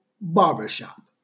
barbershop